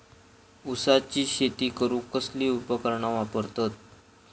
ऊसाची शेती करूक कसली उपकरणा वापरतत?